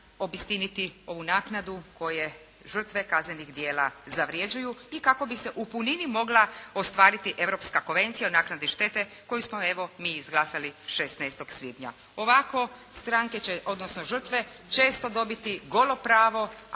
obistiniti ovu naknadu koje žrtve kaznenih djela zavrjeđuju i kako bi se u punini mogla ostvariti Europska konvencija o naknadi štete koju smo evo mi izglasali 16. svibnja. Ovako stanke će, odnosno žrtve često dobiti golo pravo,